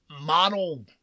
model